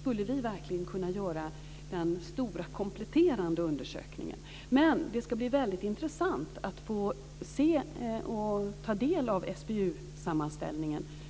skulle vi verkligen kunna göra den stora kompletterande undersökningen. Det ska bli väldigt intressant att få ta del av SBU sammanställningen.